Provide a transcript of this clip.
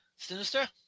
Sinister